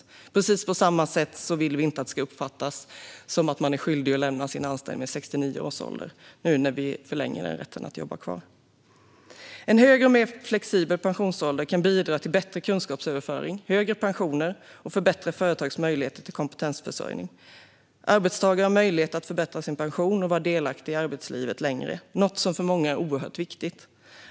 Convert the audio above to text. På precis samma sätt vill vi inte att det ska uppfattas som att man är skyldig att lämna sin anställning vid 69 års ålder nu när vi förlänger rätten att jobba kvar. En högre och mer flexibel pensionsålder kan bidra till bättre kunskapsöverföring och högre pensioner och förbättra företags möjligheter till kompetensförsörjning. Arbetstagare har möjlighet att förbättra sin pension och vara delaktiga i arbetslivet längre. Det är för många oerhört viktigt.